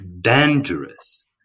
dangerous